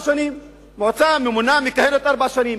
מועצה ממונה מכהנת ארבע שנים,